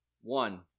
One